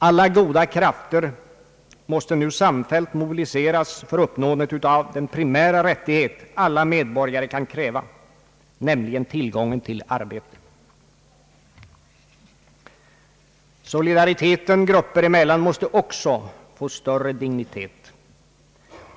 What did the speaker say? Alla goda krafter måste nu samfällt mobiliseras för uppnåendet av den primära rättighet alla medborgare kan kräva, nämligen tillgången till arbete. Solidariteten grupper emellan måste också få högre dignitet.